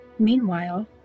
Meanwhile